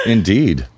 Indeed